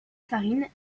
farine